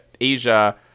Asia